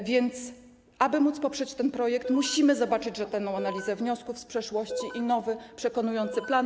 A więc aby móc poprzeć ten projekt, musimy zobaczyć rzetelną analizę wniosków z przeszłości i nowy, przekonujący plan.